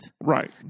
Right